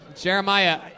Jeremiah